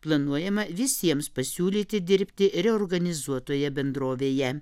planuojama visiems pasiūlyti dirbti reorganizuotoje bendrovėje